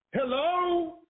Hello